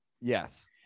Yes